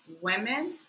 women